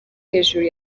hejuru